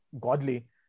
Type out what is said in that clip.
godly